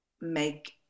make